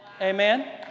Amen